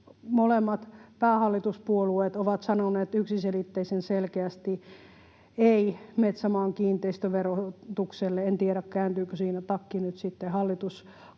molemmat päähallituspuolueet ovat sanoneet yksiselitteisen selkeästi ”ei” metsämaan kiinteistöverotukselle — en tiedä, kääntyykö siinä takki nyt sitten hallituskaudella